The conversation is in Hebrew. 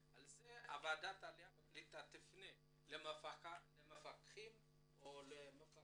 ועדת העלייה והקליטה תפנה למפקחת על הבנקים.